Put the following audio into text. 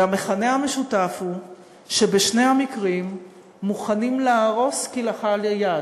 והמכנה המשותף הוא שבשני המקרים מוכנים להרוס כלאחר יד,